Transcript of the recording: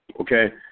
okay